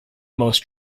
most